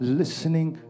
listening